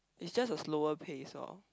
is just a slower pace orh